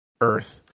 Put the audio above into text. earth